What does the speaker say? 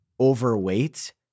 overweight